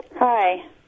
Hi